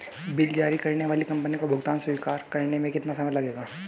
Bill जारी करने वाली कंपनी को भुगतान स्वीकार करने में कितना समय लगेगा?